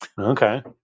okay